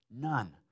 None